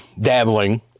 dabbling